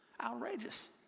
outrageous